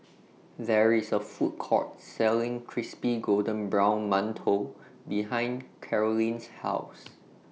There IS A Food Court Selling Crispy Golden Brown mantou behind Karolyn's House